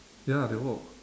ya they walk